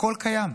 הכול קיים.